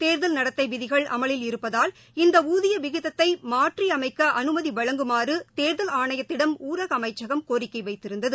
தேர்தல் நடத்தை விதிகள் அமலில் இருப்பதால் இந்த ஊதிய விகிதத்தை மாற்றி அமைக்க அனுமதி வழங்குமாறு தேர்தல் ஆணையத்திடம் ஊரக அமைச்சம் கோரிக்கை வைத்திருந்தது